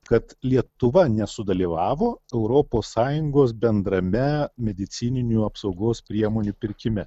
kad lietuva nesudalyvavo europos sąjungos bendrame medicininių apsaugos priemonių pirkime